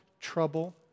trouble